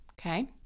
okay